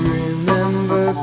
remember